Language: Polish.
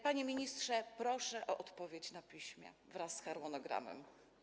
Panie ministrze, proszę o odpowiedź na piśmie wraz z harmonogramem.